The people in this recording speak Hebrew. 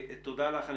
תודה לך.